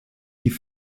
die